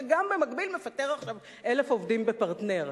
שגם במקביל מפטר עכשיו 1,000 עובדים ב"פרטנר",